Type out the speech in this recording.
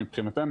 מבחינתנו,